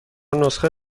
نسخه